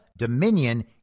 Dominion